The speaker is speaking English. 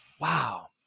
Wow